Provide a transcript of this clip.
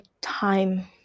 time